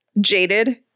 jaded